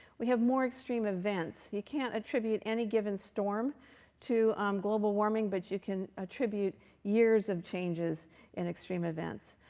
we have more extreme events. you can't attribute any given storm to global warming, but you can attribute years of changes in extreme events.